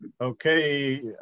Okay